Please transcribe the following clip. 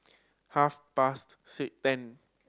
half past ten